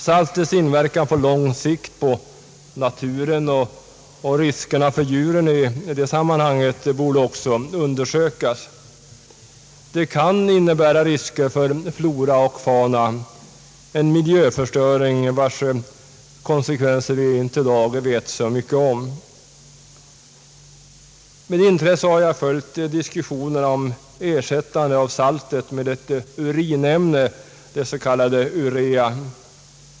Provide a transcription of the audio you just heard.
Saltets inverkan på lång sikt på naturen och riskerna för djuren borde i det sammanhanget också undersökas. Det kan innebära risker för flora och fauna, en miljöförstöring vars konsekvenser vi i dag inte vet så mycket om. Med intresse har jag följt diskussionerna om ersättande av saltet med ett urinämne, det s.k. urea.